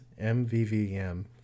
MVVM